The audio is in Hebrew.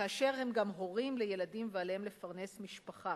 כאשר הם גם הורים לילדים ועליהם לפרנס משפחה.